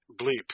bleep